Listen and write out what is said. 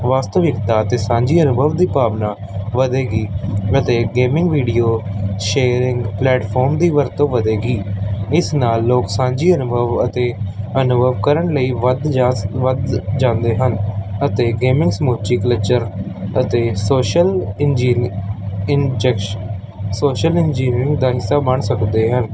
ਵਾਸਤਵਿਕਤਾ ਅਤੇ ਸਾਂਝੀ ਅਨੁਭਵ ਦੀ ਭਾਵਨਾ ਵਧੇਗੀ ਮੈਂ ਅਤੇ ਗੇਮਿੰਗ ਵੀਡੀਓ ਸ਼ੇਅਰਿੰਗ ਪਲੇਟਫਾਰਮ ਦੀ ਵਰਤੋਂ ਵਧੇਗੀ ਇਸ ਨਾਲ ਲੋਕ ਸਾਂਝੇ ਅਨੁਭਵ ਅਤੇ ਅਨੁਭਵ ਕਰਨ ਲਈ ਵੱਧ ਜਾਂ ਵੱਧ ਸ ਵੱਧ ਜਾਂਦੇ ਹਨ ਅਤੇ ਗੇਮਿੰਗ ਸਮੁੱਚੀ ਕਲੀਚਰ ਅਤੇ ਸੋਸ਼ਲ ਇੰਜੀਨੀ ਇਨਜੈਕਸ਼ ਸੋਸ਼ਲ ਇੰਜੀਨੀਰਿੰਗ ਦਾ ਹਿੱਸਾ ਬਣ ਸਕਦੇ ਹਨ